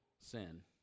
sin